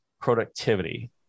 productivity